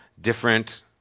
different